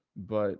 but